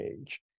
Age